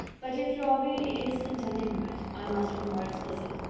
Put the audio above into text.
but if you are really innocent and ignorant, i must be more explicit.